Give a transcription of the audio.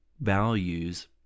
values